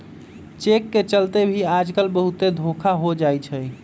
cheque के चलते भी आजकल बहुते धोखा हो जाई छई